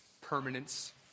permanence